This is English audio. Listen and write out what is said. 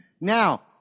Now